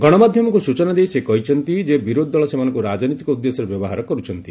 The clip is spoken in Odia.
ଗଣମାଧ୍ୟମକୁ ସ୍ରଚନା ଦେଇ ସେ କହିଛନ୍ତି ଯେ ବିରୋଧୀ ଦଳ ସେମାନଙ୍କୁ ରାଜନୈତିକ ଉଦ୍ଦେଶ୍ୟରେ ବ୍ୟବହାର କରୁଛନ୍ତି